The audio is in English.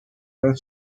left